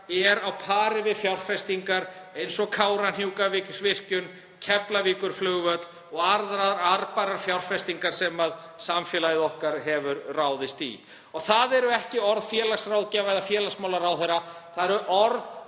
er á pari við fjárfestingar eins og Kárahnjúkavirkjun, Keflavíkurflugvöll og aðrar arðbærar fjárfestingar sem samfélagið okkar hefur ráðist í. Það eru ekki orð félagsráðgjafa eða félagsmálaráðherra, það er